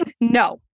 no